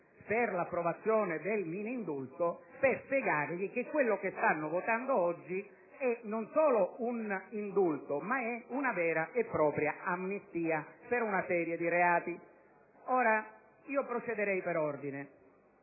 per l'approvazione del mini-indulto. Intendo spiegare loro che quello che stanno votando oggi è non solo un indulto, ma una vera e propria amnistia per una serie di reati. Procediamo per ordine.